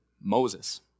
Moses